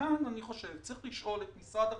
כאן צריך לשאול את משרד החינוך,